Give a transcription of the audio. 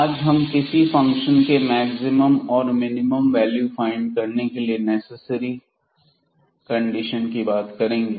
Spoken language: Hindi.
आज हम किसी फंक्शन के मैक्सिमम और मिनिमम वैल्यू फाइंड करने के लिए नेसेसरी कंडीशन की बात करेंगे